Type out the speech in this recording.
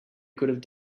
could